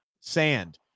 sand